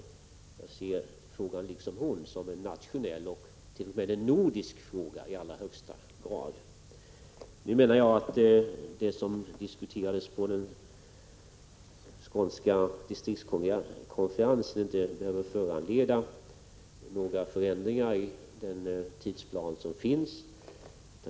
Jag ser frågan liksom hon som en nationell och också nordisk fråga i allra högsta grad. Nu menar jag att det som diskuterades på den skånska distriktskonferensen inte behöver föranleda några förändringar i den tidsplan som finns.